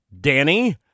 Danny